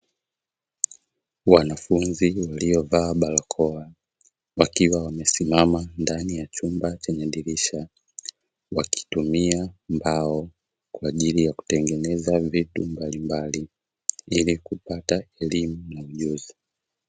Wanafunzi waliovaa barakoa, wakiwa wamesimama ndani ya chumba chenye dirisha, wakitumia mbao kwa ajili ya kutengeneza vitu mbalimbali, ili kupata elimu na ujuzi.